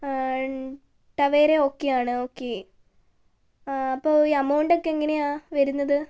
Tavera ഓക്കേയാണ് ഒക്കെ അപ്പോൾ ഈ അമൗണ്ട് ഒക്കെ എങ്ങനെയാണ് വരുന്നത്